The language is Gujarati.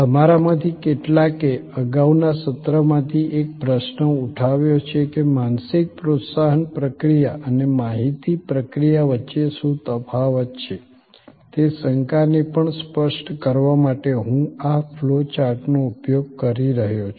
તમારામાંથી કેટલાકે અગાઉના સત્રમાંથી એક પ્રશ્ન ઉઠાવ્યો છે કે માનસિક પ્રોત્સાહન પ્રક્રિયા અને માહિતી પ્રક્રિયા વચ્ચે શું તફાવત છે તે શંકાને પણ સ્પષ્ટ કરવા માટે હું આ ફ્લો ચાર્ટનો ઉપયોગ કરી રહ્યો છું